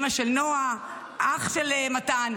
אימא של נועה, אח של מתן,